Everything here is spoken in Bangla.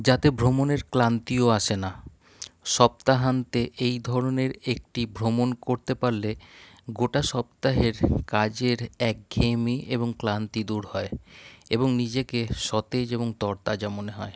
যাতে ভ্রমণের ক্লান্তিও আসে না সপ্তাহান্তে এই ধরণের একটি ভ্রমণ করতে পারলে গোটা সপ্তাহের কাজের একঘেয়েমি এবং ক্লান্তি দূর হয় এবং নিজেকে সতেজ এবং তরতাজা মনে হয়